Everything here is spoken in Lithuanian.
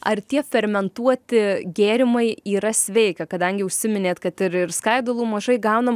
ar tie fermentuoti gėrimai yra sveika kadangi užsiminėt kad ir ir skaidulų mažai gaunam